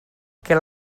què